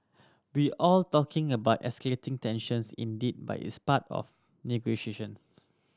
we all talking about escalating tensions indeed but it's part of negotiations